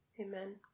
amen